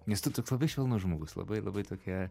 nes tu toks labai švelnus žmogus labai labai tokia